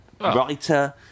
writer